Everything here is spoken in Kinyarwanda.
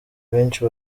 benshi